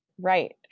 Right